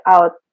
Out